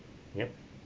yup